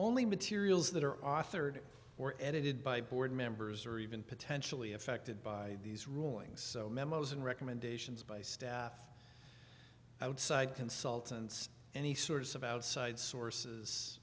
only materials that are authored or edited by board members or even potentially affected by these rulings memos and recommendations by staff outside consultants any sorts of outside sources